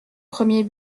premier